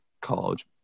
college